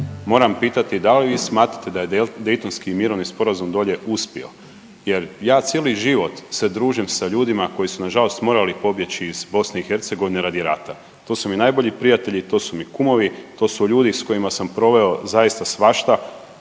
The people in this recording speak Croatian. moram pitati da li vi smatrate da je Daytonski mirovni sporazum dolje uspio jer ja cijeli život se družim sa ljudima koji su nažalost morali pobjeći iz BiH radi rata, to su mi najbolji prijatelji, to su mi kumovi, to su ljudi s kojima sam proveo zaista svašta.